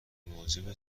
موجب